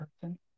person